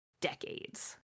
decades